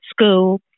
school